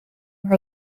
her